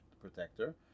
protector